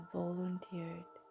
volunteered